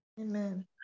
amen